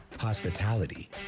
Hospitality